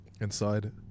inside